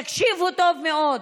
תקשיבו טוב מאוד: